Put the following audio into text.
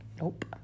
Nope